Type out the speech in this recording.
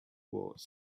was